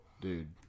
Dude